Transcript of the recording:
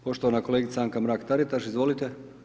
Poštovana kolegica Anka Mrak Taritaš, izvolite.